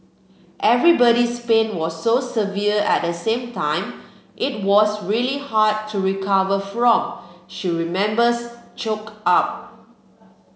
everybody's pain was so severe at the same time it was really hard to recover from she remembers choked up